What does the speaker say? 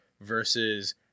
versus